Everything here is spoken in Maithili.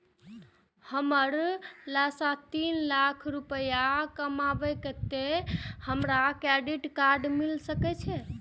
हमर सालाना तीन लाख रुपए कमाबे ते हमरा क्रेडिट कार्ड मिल सके छे?